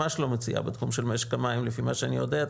ממש לא מציאה בתחום של משק המים עד כמה שאני יודע,